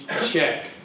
check